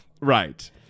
Right